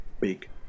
big